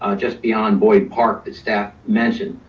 ah just beyond boyd park that staff mentioned.